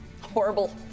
horrible